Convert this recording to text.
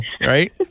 right